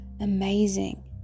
amazing